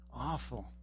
awful